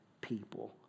people